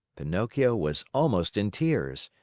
pinocchio was almost in tears.